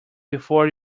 before